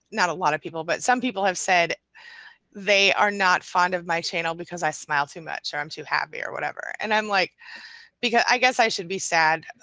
not a lot of people, but some people have said they are not fond of my channel because i smile too much or i'm too happy or whatever and i'm like because. i guess i should be sad,